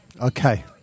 Okay